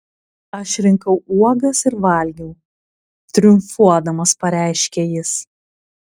aš rinkau uogas ir valgiau triumfuodamas pareiškė jis